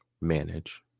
manage